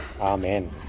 Amen